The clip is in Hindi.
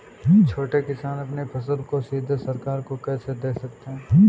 छोटे किसान अपनी फसल को सीधे सरकार को कैसे दे सकते हैं?